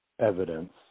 evidence